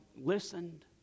listened